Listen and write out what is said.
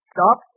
Stop